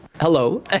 hello